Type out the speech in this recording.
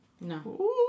No